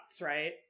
Right